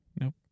Nope